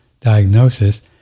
diagnosis